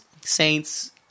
Saints